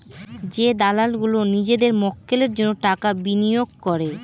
যে দালাল গুলো নিজেদের মক্কেলের জন্য টাকা বিনিয়োগ করে